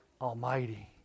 Almighty